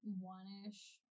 one-ish